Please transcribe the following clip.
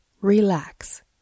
relax